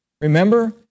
remember